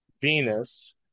Venus